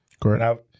Correct